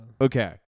Okay